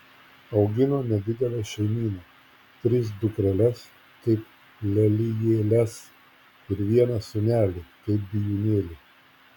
augino nedidelę šeimyną tris dukreles kaip lelijėles ir vieną sūnelį kaip bijūnėlį